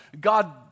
God